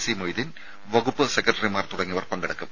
C Moideen വകുപ്പ് സെക്രട്ടറിമാർ തുടങ്ങിയവർ പങ്കെടുക്കും